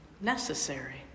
necessary